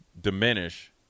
diminish